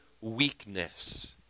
weakness